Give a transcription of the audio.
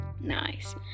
nice